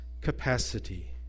capacity